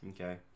Okay